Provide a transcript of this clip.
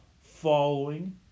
following